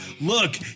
Look